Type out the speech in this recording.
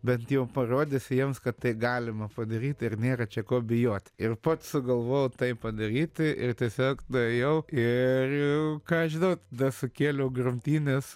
bent jau parodysiu jiems kad tai galima padaryt ir nėra čia ko bijot ir pats sugalvojau tai padaryti ir tiesiog nuėjau ir ką aš žinotau tada sukėliau grumtynes